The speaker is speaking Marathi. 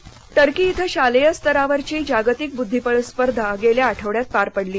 बुद्धीबळ टर्की शि शालेय स्तराची जागतिक बुद्धीबळ स्पर्धा गेल्या आठवड्यात पार पडली